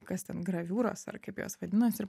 kas ten graviūros ar kaip jos vadinasi ir